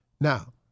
Now